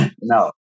No